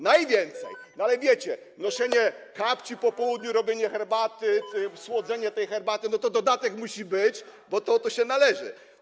Najwięcej, no ale wiecie, noszenie kapci po południu, robienie herbaty, słodzenie tej herbaty, no to dodatek musi być, bo to się należy.